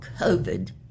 COVID